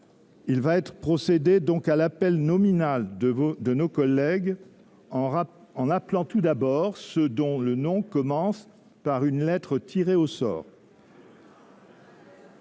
être procédé à l’appel nominal de nos collègues, en appelant tout d’abord ceux dont le nom commence par une lettre tirée au sort